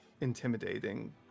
intimidating